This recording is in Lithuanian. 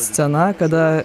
scena kada